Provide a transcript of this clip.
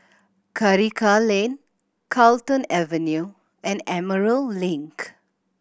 Karikal Lane Carlton Avenue and Emerald Link